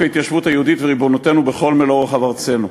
ההתיישבות היהודית וריבונותנו בכל מלוא רוחב ארצנו.